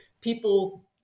people